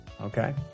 Okay